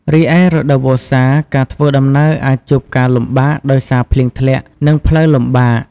រីឯរដូវវស្សា ការធ្វើដំណើរអាចជួបការលំបាកដោយសារភ្លៀងធ្លាក់ និងផ្លូវលំបាក។